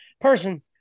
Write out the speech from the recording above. person